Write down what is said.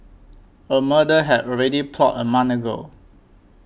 a murder had already plotted a month ago